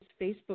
Facebook